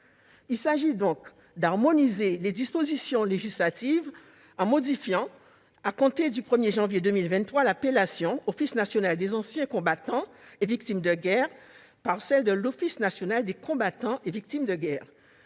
Il s'agit donc d'harmoniser les dispositions législatives en remplaçant, à compter du 1 janvier 2023, l'appellation « Office national des anciens combattants et victimes de guerre » par celle d'« Office national des combattants et des victimes de guerre